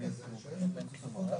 בחודש.